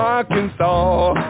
Arkansas